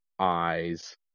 eyes